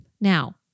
Now